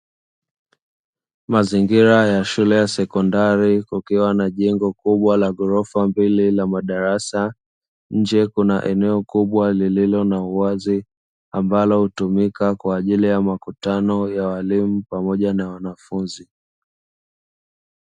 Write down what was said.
Mazingira ya shule ya sekondari kukiwa na jengo kubwa la ghorofa mbili la madarasa, nje kuna eneo kubwa lililo na uwazi, ambalo hutumika kwa ajili ya makutano ya walimu pamoja na wanafunzi.